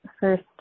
first